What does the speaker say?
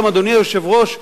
אדוני היושב-ראש,